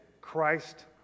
Christ